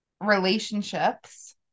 relationships